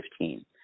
2015